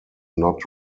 not